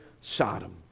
Sodom